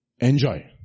enjoy